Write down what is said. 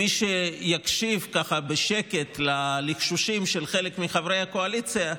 מי שיקשיב ככה בשקט ללחשושים של חלק מחברי הקואליציה,